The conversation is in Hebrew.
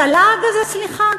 את הלעג הזה, סליחה.